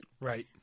Right